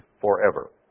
forever